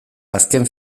azken